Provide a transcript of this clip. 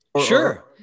Sure